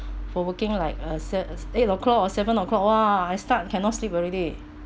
for working like uh set eight O'clock or seven O'clock !wah! I start cannot sleep already